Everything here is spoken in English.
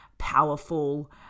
powerful